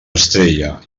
estrella